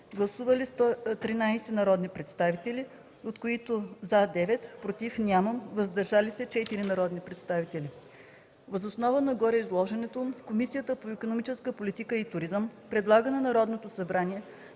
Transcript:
гласували 13 народни представители, от които „за” – 9, „против” – няма и „въздържали се” – 4 народни представители. Въз основа на гореизложеното Комисията по икономическата политика и туризъм предлага на Народното събрание